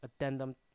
addendum